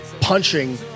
punching